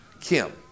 Kim